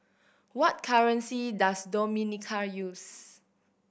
what currency does Dominica use